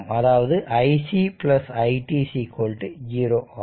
அதாவது iC i t 0 ஆகும்